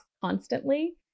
constantly